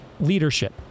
leadership